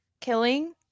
killing